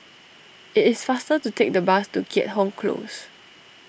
it is faster to take the bus to Keat Hong Close